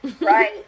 right